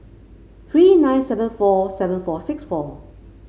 three nine seven four seven four six four